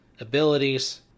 abilities